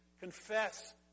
confess